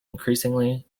increasing